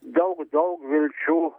daug daug vilčių